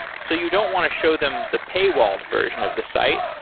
so you don't want to show them the paywalled version of the site.